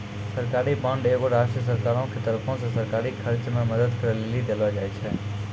सरकारी बांड एगो राष्ट्रीय सरकारो के तरफो से सरकारी खर्च मे मदद करै लेली देलो जाय छै